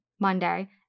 Monday